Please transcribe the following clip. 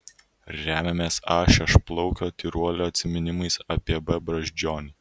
remiamės a šešplaukio tyruolio atsiminimais apie b brazdžionį